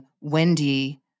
Wendy